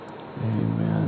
Amen